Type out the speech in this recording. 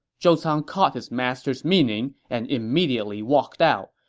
zhou cang caught his master's meaning and immediately walked out.